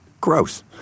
gross